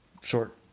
Short